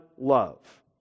love